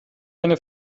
eine